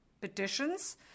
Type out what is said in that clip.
petitions